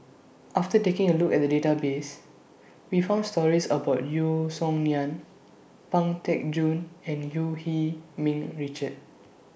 after taking A Look At The Database We found stories about Yeo Song Nian Pang Teck Joon and EU He Ming Richard